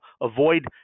avoid